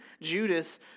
Judas